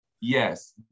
Yes